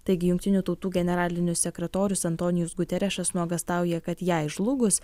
taigi jungtinių tautų generalinis sekretorius antonijus guterešas nuogąstauja kad jai žlugus